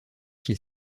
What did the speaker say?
qu’il